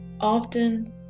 Often